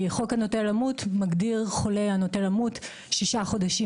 חוק הנוטה למות מגדיר חולה הנוטה למות ששה חודשים